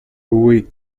lui